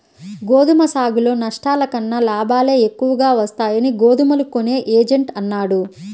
గోధుమ సాగులో నష్టాల కన్నా లాభాలే ఎక్కువగా వస్తాయని గోధుమలు కొనే ఏజెంట్ అన్నాడు